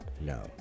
No